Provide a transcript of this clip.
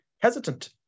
hesitant